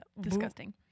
disgusting